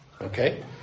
Okay